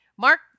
Mark